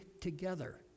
together